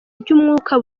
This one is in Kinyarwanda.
ry’umwuka